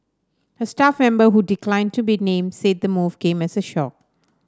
a staff member who declined to be named said the move came as a shock